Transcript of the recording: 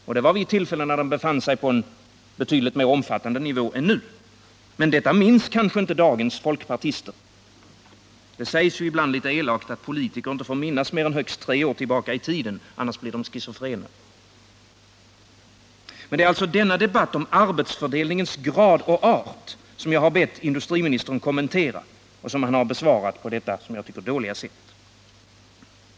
Detta var vid ett tillfälle när den befann sig på en betydligt mer omfattande nivå än nu, men det minns kanske inte dagens folkpartister. — Det sägs ju ibland litet elakt att politiker inte får minnas mer än tre år tillbaka i tiden; annars blir de schizofrena. Men det är alltså denna debatt om arbetsfördelningens grund och art som jag har bett industriministern kommentera och som han besvarat på detta, som jag tycker, dåliga sätt.